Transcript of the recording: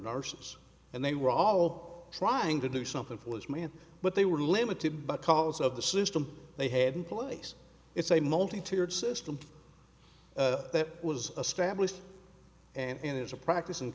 nurses and they were all trying to do something for his man but they were limited but because of the system they have in place it's a multi tiered system that was established and is a practice in